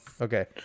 Okay